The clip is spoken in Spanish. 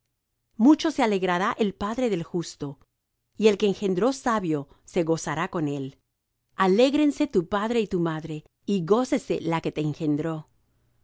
mucho se alegrará el padre del justo y el que engendró sabio se gozará con él alégrense tu padre y tu madre y gócese la que te engendró